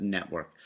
Network